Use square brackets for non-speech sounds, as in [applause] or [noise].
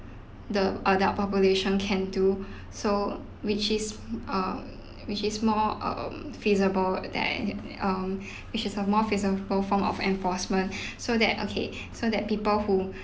the adult population can do so which is err which is more um feasible that um [breath] which is a more feasible form of enforcement [breath] so that okay so that people who [breath]